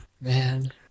Man